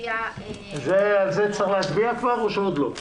נצביע על הסתייגות מספר 1 של חברת הכנסת יזבק בשם הרשימה המשותפת.